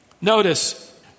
Notice